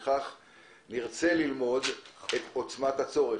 נרצה ללמוד ממנו את עוצמת הצורך,